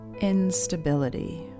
instability